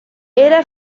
era